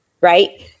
right